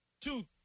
two